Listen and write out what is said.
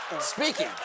Speaking